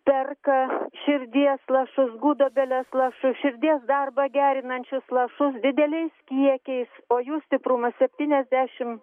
perka širdies lašus gudobelės lašus širdies darbą gerinančius lašus dideliais kiekiais o jų stiprumas septyniasdešim